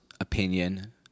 opinion